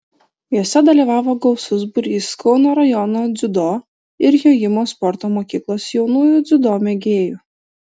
jose dalyvavo gausus būrys kauno rajono dziudo ir jojimo sporto mokyklos jaunųjų dziudo mėgėjų